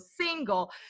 single